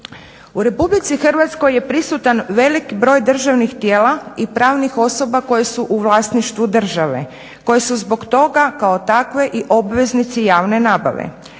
U Republici Hrvatskoj je prisutan velik broj državnih tijela i pravnih osoba koje su u vlasništvu države koje su zbog toga kao takve i obveznici javne nabave.